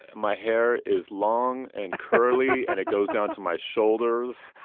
my hair is long and curly and it goes down to my shoulders.